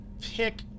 pick